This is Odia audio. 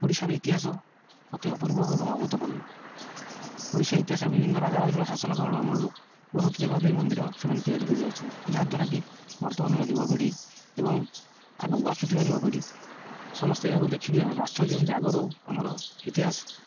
ଓଡ଼ିଶାରେ ଇତିହାସ ଅତି ଅପୂର୍ବ ଏବଂ ଅଭୂତପୂର୍ଣ୍ଣ ଓଡ଼ିଶା ଇତିହାସରେ ବିଭିନ୍ନ ରାଜାରାଜୁଡ଼ା ଶାସନକମଳ ଅମଳରୁ ବହୁତ ଦେବାଦେବୀ ମନ୍ଦିର ସେମାନେ ତିଆରି କରି ଯାଇଛନ୍ତି ଯାହାଦ୍ୱାରା କିି ବର୍ତ୍ତମାନର ଯୁବପିଢ଼ି ଏବଂ ଆଗୁକୁ ଆସୁଥିବା ଯୁବପିଢ଼ି ସମସ୍ତେ ଏହାକୁ ଦେଖିକିରି ଆଶ୍ଚର୍ଯ୍ୟ ହେଉଛନ୍ତି ଆଗରୁ ଆମର ଇତିହାସ